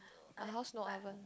our house no oven